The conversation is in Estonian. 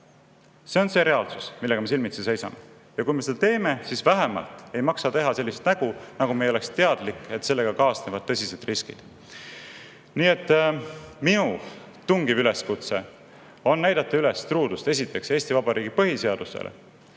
See on see reaalsus, millega me silmitsi seisame. Ja kui me seda teeme, siis vähemalt ei maksa teha sellist nägu, nagu me ei oleks teadlikud, et sellega kaasnevad tõsised riskid. Nii et minu tungiv üleskutse on näidata üles truudust, esiteks, Eesti Vabariigi põhiseadusele,